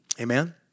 Amen